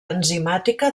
enzimàtica